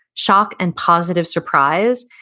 shock and positive surprise,